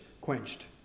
quenched